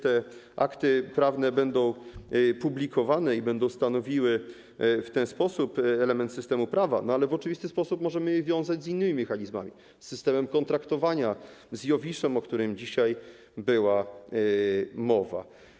Te akty prawne będą publikowane i będą stanowiły w ten sposób element systemu prawa, ale w oczywisty sposób możemy je wiązać z innymi mechanizmami, z systemem kontraktowania, IOWISZ-em, o którym dzisiaj była mowa.